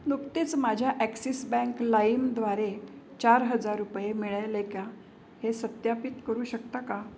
नुकतेच माझ्या Axis bank लाईमद्वारे चार हजार रुपये मिळाले का हे सत्यापित करू शकता का